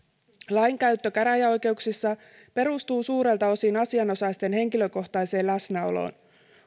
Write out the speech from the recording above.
lainkäyttö käräjäoikeuksissa perustuu suurelta osin asianosaisten henkilökohtaiseen läsnäoloon